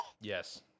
Yes